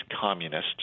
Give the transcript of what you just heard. communist